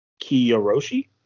Kiyoroshi